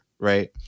Right